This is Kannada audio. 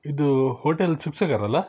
ಇದು ಹೋಟೆಲ್ ಸುಖ್ ಸಾಗರ್ ಅಲ್ವಾ